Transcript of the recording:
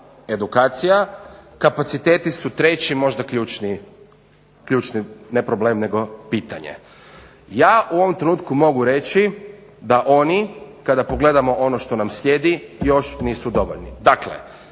edukacija. Kapaciteti su treći možda ključni ne problem nego pitanje. Ja u ovom trenutku mogu reći da oni, kada pogledamo ono što nam slijedi, još nisu dovoljni. Dakle,